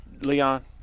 Leon